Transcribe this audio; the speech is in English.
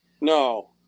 No